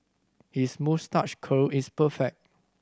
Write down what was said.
his moustache curl is perfect